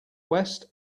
west